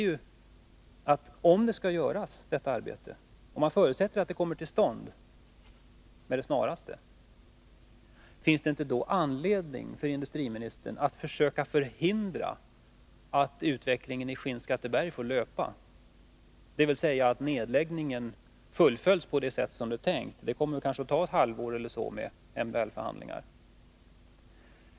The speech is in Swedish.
Om man förutsätter att detta arbete skall göras och att det kommer till stånd med det snaraste, finns det inte då anledning för industriministern att försöka förhindra att utvecklingen i Skinnskatteberg får löpa, dvs. att nedläggningen fullföljs på det sätt man tänkt? Det kommer kanske att ta omkring ett halvår med MBL förhandlingar.